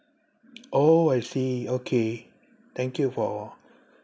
oh I see okay thank you for